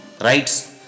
right